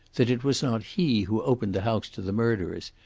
that it was not he who opened the house to the murderers,